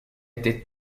était